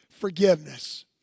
forgiveness